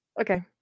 Okay